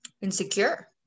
insecure